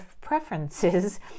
preferences